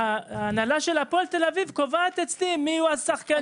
וההנהלה של הפועל תל אביב קובעת אצלי מי יהיו השחקנים,